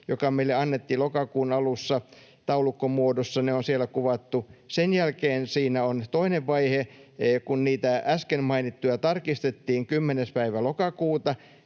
joka meille annettiin lokakuun alussa, taulukkomuodossa ne on siellä kuvattu. Sen jälkeen siinä on toinen vaihe, kun niitä äsken mainittuja tarkistettiin 10. päivä lokakuuta.